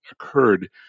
occurred